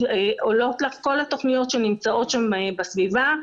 עולות לך כל התוכניות שנמצאות שם בסביבה,